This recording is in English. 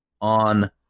on